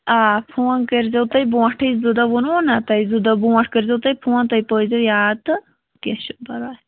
آ فون کٔرۍزیو تُہۍ بۄنٛٹھٕے زٕ دۄہ ووٚنوُنا تۄہہِ زٕ دۄہ بونٛٹھ کٔرۍزیو تُہۍ فون تُہۍ پٲیزیو یاد تہٕ کیٚنہہ چھُنہٕ پرواے